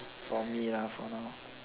for me lah for now